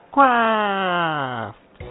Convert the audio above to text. Craft